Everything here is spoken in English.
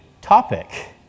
topic